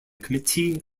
committee